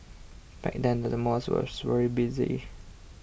back then the malls was very busy